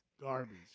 Garbage